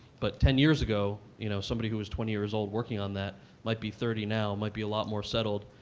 but ten years ago, you know, somebody who was twenty years old working on that might be thirty now, might be a lot more settled,